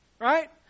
right